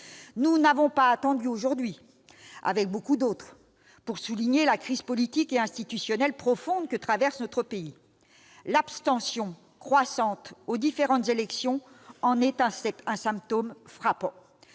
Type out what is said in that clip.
Nous n'avons pas attendu aujourd'hui, avec beaucoup d'autres, pour souligner la crise politique et institutionnelle profonde que traverse notre pays. L'abstention croissante aux différentes élections en est un symptôme frappant.